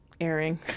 airing